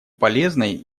полезной